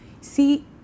See